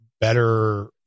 better